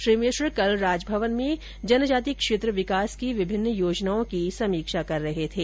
श्री मिश्र कल राजभवन में जनजाति क्षेत्र विकास की विभिन्न योजनाओं की समीक्षा कर रहे थे